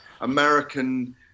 American